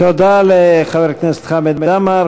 תודה לחבר הכנסת חמד עמאר.